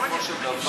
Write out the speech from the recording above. בסיכומו של דבר,